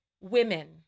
women